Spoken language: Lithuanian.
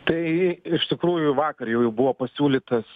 tai iš tikrųjų vakar jau buvo pasiūlytas